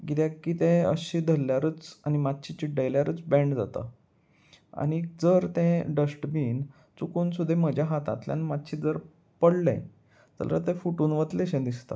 कित्याक की तें अशें धरल्यारूच आनी मातशें चिड्डयल्यारूच बँड जाता आनीक जर तें डस्टबीन चुकून सुद्दा म्हज्या हातांतल्यान मातशें जर पडलें जाल्यार तें फुटून वतलेंशें दिसता